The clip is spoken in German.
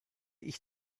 ich